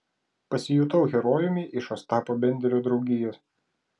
pasijutau herojumi iš ostapo benderio draugijos